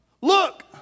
look